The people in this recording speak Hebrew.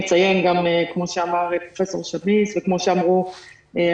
אני אציין כמו שאמר פה פרופ' שמיס וכמו שאמרו עמיתיי